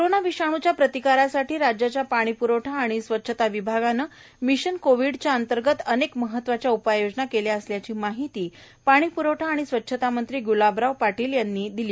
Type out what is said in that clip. corona विषाणूच्या प्रतिकारासाठी राज्याच्या पाणीप्रवठा व स्वच्छता विभागाने मिशन कोविडच्या अंतर्गत अनेक महत्त्वाच्या उपाययोजना केल्या असल्याची माहिती पाणीप्रवठा व स्वच्छता मंत्री ग्लाबराव पाटील यांनी दिली